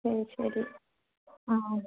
ശരി ശരി മ്